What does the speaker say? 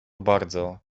bardzo